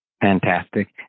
Fantastic